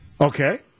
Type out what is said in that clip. Okay